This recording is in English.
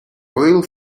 oil